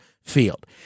field